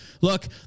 Look